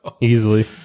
Easily